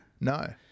No